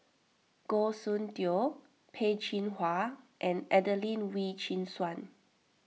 Goh Soon Tioe Peh Chin Hua and Adelene Wee Chin Suan